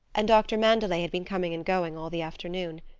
and dr. mandelet had been coming and going all the afternoon.